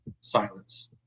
Silence